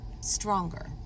stronger